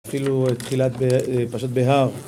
אפילו תחילת פרשת בהר.